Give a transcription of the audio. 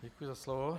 Děkuji za slovo.